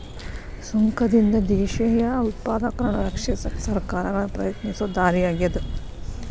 ಸುಂಕದಿಂದ ದೇಶೇಯ ಉತ್ಪಾದಕರನ್ನ ರಕ್ಷಿಸಕ ಸರ್ಕಾರಗಳ ಪ್ರಯತ್ನಿಸೊ ದಾರಿ ಆಗ್ಯಾದ